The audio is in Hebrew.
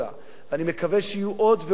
אני מקווה שיהיו עוד ועוד משפחות,